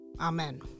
Amen